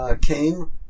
came